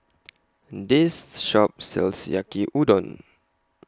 This Shop sells Yaki Udon